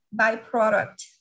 byproduct